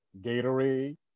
Gatorade